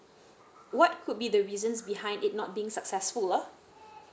what could be the reasons behind it not being successful ah